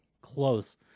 close